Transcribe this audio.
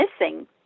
missing